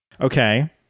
Okay